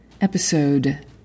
episode